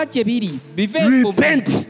Repent